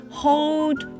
hold